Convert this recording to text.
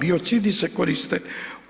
Biocidi se koriste